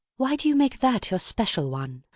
why do you make that your special one?